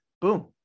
boom